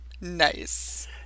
Nice